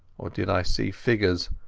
or did i see figuresaone,